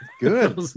good